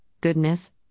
goodness